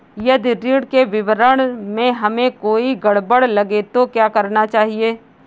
यदि ऋण के विवरण में हमें कोई गड़बड़ लगे तो क्या करना चाहिए?